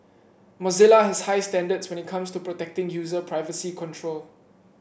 Mozilla has high standards when it comes to protecting user privacy control